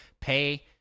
pay